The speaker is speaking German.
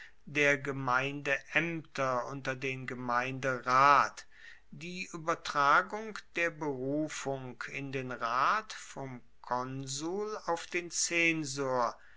der gemeindeaemter unter den gemeinderat die uebertragung der berufung in den rat vom konsul auf den